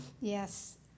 Yes